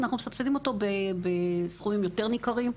אנחנו מסבסדים אותו בסכומים יותר ניכרים,